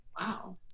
Wow